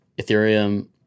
Ethereum